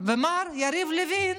ומר יריב לוין,